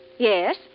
Yes